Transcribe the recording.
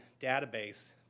database